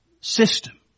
system